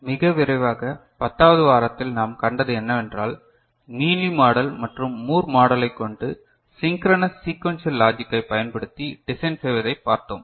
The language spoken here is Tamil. மிக விரைவாக 10 வது வாரத்தில் நாம் கண்டது என்னவென்றால் மீலி மாடல் மற்றும் மூர் மாடலை கொண்டு சிங்கரனஸ் சீகுன்சியல் லாஜிக்கை பயன்படுத்தி டிசைன் செய்வதை பார்த்தோம்